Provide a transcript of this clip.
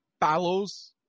follows